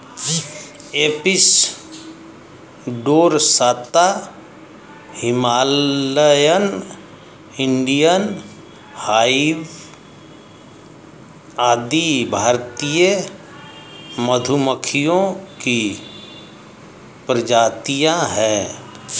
Apis dorsata, Himalayan, Indian hive आदि भारतीय मधुमक्खियों की प्रजातियां है